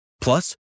Plus